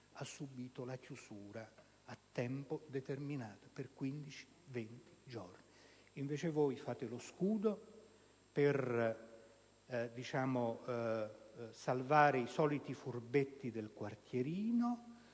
ha subìto la chiusura a tempo determinato per circa 20 giorni. Voi, invece, fate lo scudo per salvare i soliti furbetti del quartierino